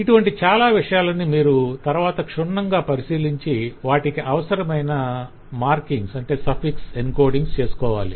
ఇటువంటి చాలా విషయాలని మీరు తరవాత క్షుణ్ణంగా పరిశీలించి వాటికి అవసరమైన మార్కింగ్స్ suffixes encodings చేసుకోవాలి